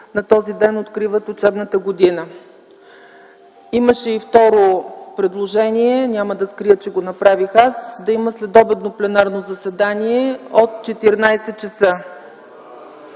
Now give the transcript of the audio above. на този ден откриват учебната година. Имаше и второ предложение. Няма да скрия, че го направих аз – да има следобедно пленарно заседание от 14,00 ч.